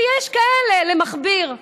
ויש כאלה למכביר,